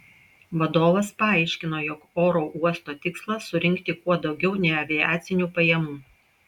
vadovas paaiškino jog oro uosto tikslas surinkti kuo daugiau neaviacinių pajamų